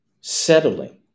settling